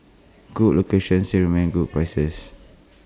good locations still maintain good prices